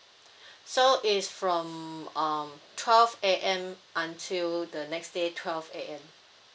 so it's from um twelve A_M until the next day twelve A_M